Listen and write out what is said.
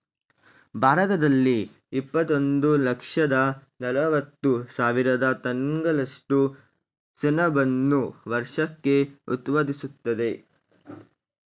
ಭಾರತದಲ್ಲಿ ಇಪ್ಪತ್ತೊಂದು ಲಕ್ಷದ ನಲವತ್ತು ಸಾವಿರ ಟನ್ಗಳಷ್ಟು ಸೆಣಬನ್ನು ವರ್ಷಕ್ಕೆ ಉತ್ಪಾದಿಸ್ತದೆ